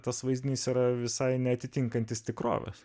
tas vaizdinys yra visai neatitinkantis tikrovės